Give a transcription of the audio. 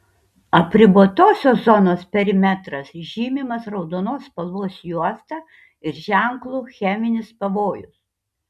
apribotosios zonos perimetras žymimas raudonos spalvos juosta ir ženklu cheminis pavojus